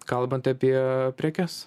kalbant apie prekes